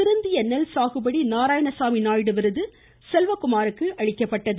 திருத்திய நெல்சாகுபடி நாராயணசாமி நாயுடு விருது செல்வக்குமாருக்கு வழங்கப்பட்டது